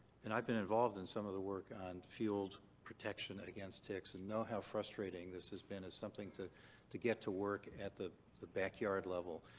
and i've been involved in some of the work on field protection against ticks and know how frustrating this has been. it's something to to get to work at the the backyard level.